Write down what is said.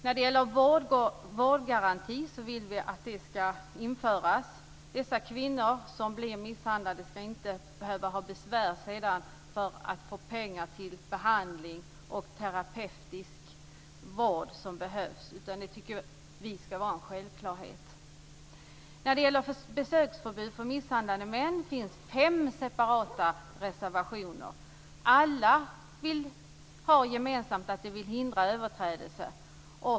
När det gäller vårdgaranti vill vi att en sådan skall införas Dessa kvinnor som blir misshandlade skall inte behöva ha besvär för att få pengar till den behandling och terapeutiska vård som behövs. Vi tycker att det skall vara en självklarhet. När det gäller besöksförbud för misshandlande män finns det fem separata reservationer. Alla har det gemensamt att man vill hindra överträdelser.